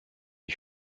ich